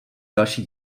další